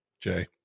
Jay